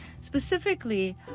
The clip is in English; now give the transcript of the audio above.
Specifically